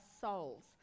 souls